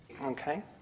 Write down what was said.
Okay